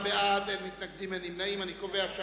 נא להצביע.